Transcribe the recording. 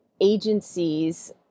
agencies